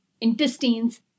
intestines